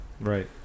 Right